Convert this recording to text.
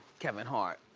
kevin hart,